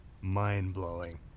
mind-blowing